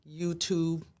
YouTube